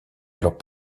alors